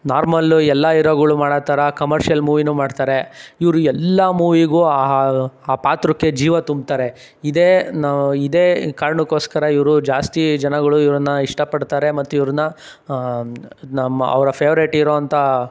normal ಎಲ್ಲ ಈರೋಗಳು ಮಾಡೋ ಥರ ಕಮರ್ಷಿಯಲ್ ಮೂವಿನೂ ಮಾಡ್ತಾರೆ ಇವರು ಎಲ್ಲಾ ಮೂವಿಗೂ ಆ ಆ ಪಾತ್ರಕ್ಕೆ ಜೀವ ತುಂಬ್ತಾರೆ ಇದೇ ನಾ ಇದೇ ಕಾರಣಕ್ಕೋಸ್ಕರ ಇವರು ಜಾಸ್ತಿ ಜನಗಳು ಇವ್ರನ್ನು ಇಷ್ಟಪಡ್ತಾರೆ ಮತ್ತೆ ಇವ್ರನ್ನ ನಮ್ಮ ಅವರ ಫೆವರೇಟ್ ಈರೋ ಅಂತ